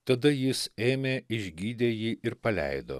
tada jis ėmė išgydė jį ir paleido